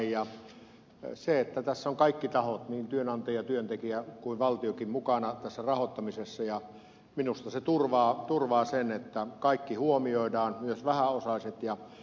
se että tässä rahoittamisessa ovat kaikki tahot niin työnantaja työntekijä kuin valtiokin mukana tässä auttamisessa ja minusta se turvaa minusta sen että kaikki huomioidaan myös vähäosaiset